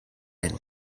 been